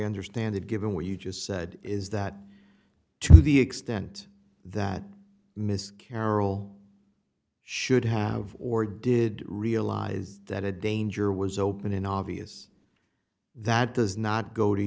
understand that given what you just said is that to the extent that miss carroll should have or did realize that a danger was open in obvious that does not go to